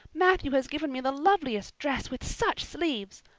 matthew has given me the loveliest dress, with such sleeves.